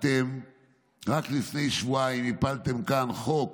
רק לפני שבועיים הפלתם חוק